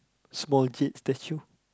small jade statue